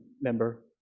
member